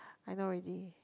I know already